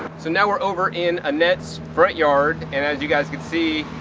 so now we're over in annette's front yard. and as you guys could see,